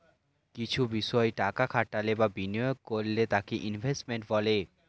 কিছু বিষয় টাকা খাটালে বা বিনিয়োগ করলে তাকে ইনভেস্টমেন্ট বলে